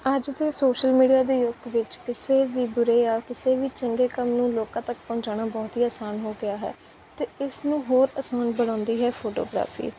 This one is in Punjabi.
ਅੱਜ ਦੇ ਸੋਸ਼ਲ ਮੀਡੀਆ ਦੇ ਯੁੱਗ ਵਿੱਚ ਕਿਸੇ ਵੀ ਬੁਰੇ ਜਾਂ ਕਿਸੇ ਵੀ ਚੰਗੇ ਕੰਮ ਨੂੰ ਲੋਕਾਂ ਤੱਕ ਪਹੁੰਚਾਉਣਾ ਬਹੁਤ ਹੀ ਆਸਾਨ ਹੋ ਗਿਆ ਹੈ ਅਤੇ ਇਸ ਨੂੰ ਹੋਰ ਆਸਾਨ ਬਣਾਉਂਦੀ ਹੈ ਫੋਟੋਗ੍ਰਾਫੀ